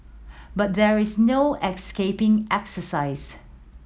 but there is no escaping exercise